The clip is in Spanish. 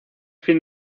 fin